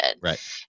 Right